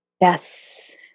yes